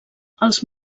els